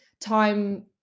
time